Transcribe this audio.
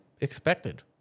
expected